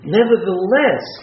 nevertheless